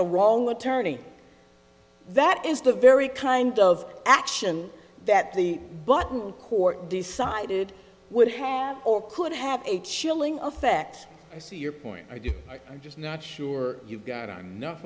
the wrong attorney that is the very kind of action that the button court decided would have or could have a chilling effect i see your point i did just not sure you got